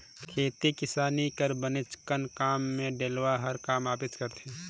खेती किसानी कर बनेचकन काम मे डेलवा हर काम आबे करथे